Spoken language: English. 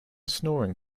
snoring